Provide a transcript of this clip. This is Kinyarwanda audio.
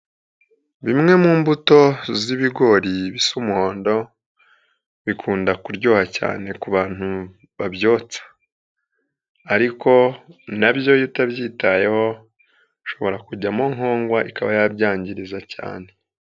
Bimwe mu mbuto z'ibigori bisa umuhondo bikunda kuryoha cyane ku bantu babyotsa ariko na byo iyo utabyitayeho bishobora kujyamo nkongwa ikaba yabyangiriza cyane.